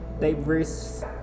diverse